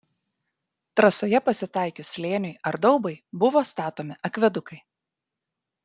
trasoje pasitaikius slėniui ar daubai buvo statomi akvedukai